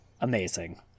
amazing